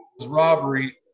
robbery